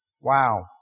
Wow